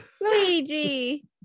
Luigi